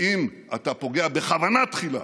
ואם אתה פוגע בכוונה תחילה,